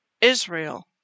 Israel